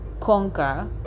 conquer